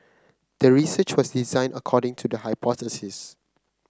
the research was designed according to the hypothesis